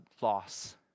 loss